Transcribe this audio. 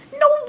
No